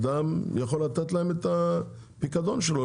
אדם יכול לתת להם את הפיקדון שלו,